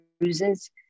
bruises